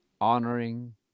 honoring